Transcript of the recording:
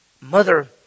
Mother